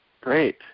Great